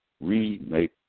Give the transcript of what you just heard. remake